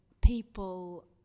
people